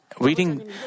reading